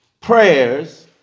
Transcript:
prayers